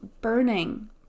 burning